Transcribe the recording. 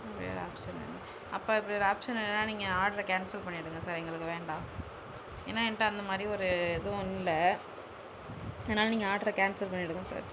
அப்படி ஒரு ஆப்ஷன் இல்லை அப்போ இப்படி ஒரு ஆப்ஷன் இல்லைனா நீங்கள் ஆடர கேன்சல் பண்ணிடுங்க சார் எங்களுக்கு வேண்டாம் ஏன்னா என்ட அந்த மாதிரி ஒரு இதுவும் இல்லை அதனால நீங்கள் ஆடர கேன்சல் பண்ணிடுங்க சார்